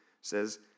says